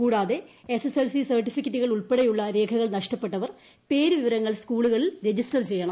കൂടാതെ എസ്എസ്എൽസി സർട്ടിഫിക്കറ്റുകൾ ഉൾപ്പെടെയുള്ള രേഖകൾ നഷ്ടപ്പെട്ടവർ പേര് വിവരങ്ങൾ സ്കൂളുകളിൽ രജിസ്റ്റർ ചെയ്യണം